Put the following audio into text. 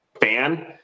fan